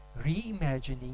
reimagining